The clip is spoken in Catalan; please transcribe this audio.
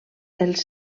els